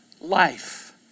life